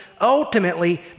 ultimately